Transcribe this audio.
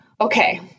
Okay